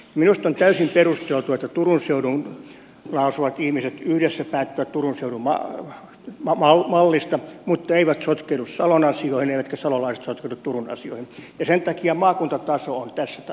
minusta on täysin perusteltua että turun seudulla asuvat ihmiset yhdessä päättävät turun seudun mallista mutta eivät sotkeudu salon asioihin eivätkä salolaiset sotkeudu turun asioihin ja sen takia maakuntataso on tässä väärä